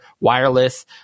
wireless